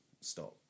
stop